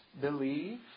believe